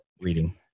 reading